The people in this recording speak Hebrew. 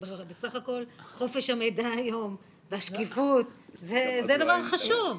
בסך הכול חופש המידע היום והשקיפות זה דבר חשוב,